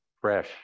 fresh